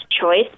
choice